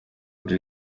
muri